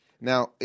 Now